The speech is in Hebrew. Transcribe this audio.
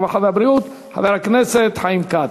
הרווחה והבריאות חבר הכנסת חיים כץ.